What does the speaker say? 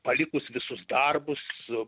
palikus visus darbus